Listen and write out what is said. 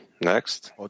Next